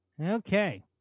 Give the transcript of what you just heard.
Okay